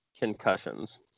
concussions